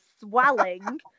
swelling